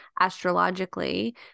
astrologically